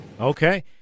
Okay